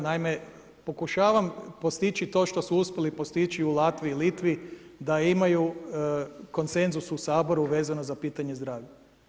Naime, pokušavam postići to što su uspjeli postići u Latviji i Litvi da imaju konsenzus u Saboru vezano za pitanje zdravlja.